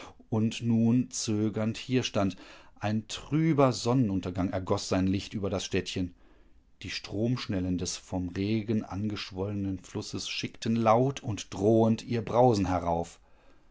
und nun zögernd hier stand ein trüber sonnenuntergang ergoß sein licht über das städtchen die stromschnellen des vom regen angeschwollenen flusses schickten laut und drohend ihr brausen her